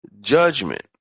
judgment